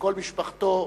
וכל משפחתו.